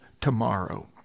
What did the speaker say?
tomorrow